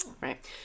Right